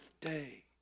day